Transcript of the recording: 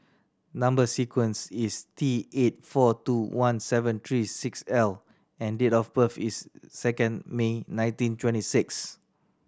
number sequence is T eight four two one seven three six L and date of birth is second May nineteen twenty six